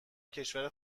کشور